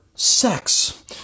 sex